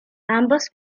ambos